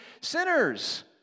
sinners